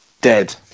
Dead